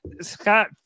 Scott